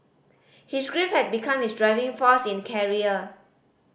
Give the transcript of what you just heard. his grief had become his driving force in the career